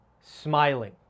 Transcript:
smiling